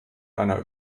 einer